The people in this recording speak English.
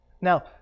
Now